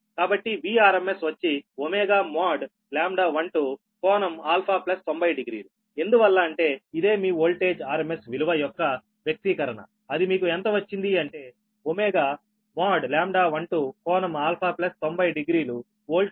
కాబట్టి Vrms వచ్చి ω | λ12| ∟α900 ఎందువల్ల అంటే ఇదే మీ వోల్టేజ్ RMS విలువ యొక్క వ్యక్తీకరణ అది మీకు ఎంత వచ్చింది అంటే ω |λ12| ∟α900 వోల్ట్ పర్ కిలోమీటర్